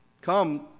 Come